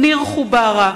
ניר חוברה,